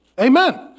Amen